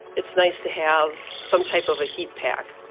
it's nice to have some type of a heat pack.